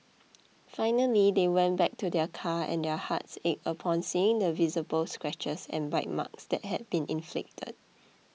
finally they went back to their car and their hearts ached upon seeing the visible scratches and bite marks that had been inflicted